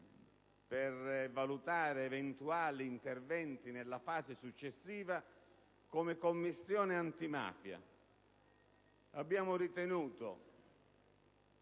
per valutare eventuali interventi nella fase successiva), come Commissione antimafia abbiamo ritenuto